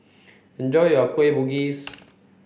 enjoy your Kueh Bugis